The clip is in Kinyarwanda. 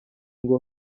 ngo